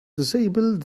disabled